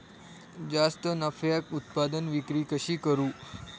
जास्त नफ्याक उत्पादन विक्री कशी करू?